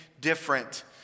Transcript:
different